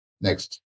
Next